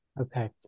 Okay